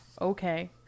okay